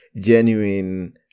genuine